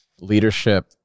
leadership